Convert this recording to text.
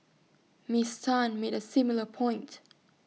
miss Tan made A similar point